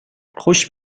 خوش